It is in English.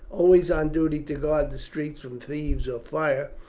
always on duty to guard the streets from thieves or fire,